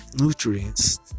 Nutrients